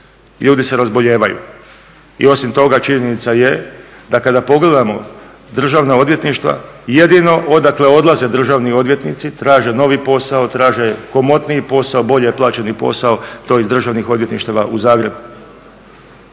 Ljudi se razbolijevaju. I osim toga činjenica je da kada pogledamo državna odvjetništva jedino odakle odlaze državni odvjetnici traže novi posao, traže komotniji posao, bolje plaćeni posao to iz državnih odvjetništava u Zagreb.